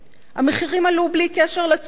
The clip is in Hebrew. המחירים עלו בלי קשר לתשומות.